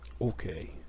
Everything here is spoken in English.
Okay